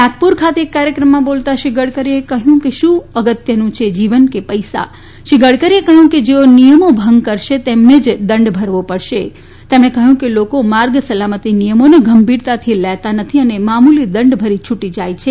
નાગપુર ખાતે એક કાર્યક્રમમાં બોલતાં શ્રી ગડકરીએ કહ્યું કે શુ વધુ અગત્યનું છે જીવન કે પૈસા શ્રી ગડકરીએ કહ્યું કે જેઓ નિયમો ભંગ કરશે તેમને જ દંડ ભરવો પડશે તેમણે કહ્યું કે લોકો માર્ગ સલામતી નિયમોને ગંભીરતાથી લેતા નથી અને મામૂલી દંડ ભરી છુટી જાય છે